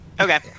Okay